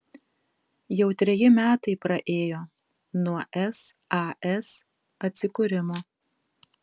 jau treji metai praėjo nuo sas atsikūrimo